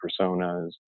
personas